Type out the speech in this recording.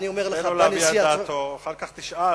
תן לו להביע את דעתו, ואחר כך תשאל.